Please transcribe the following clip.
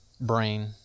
brain